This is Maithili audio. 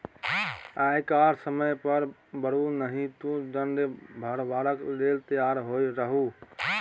आयकर समय पर भरू नहि तँ दण्ड भरबाक लेल तैयार रहु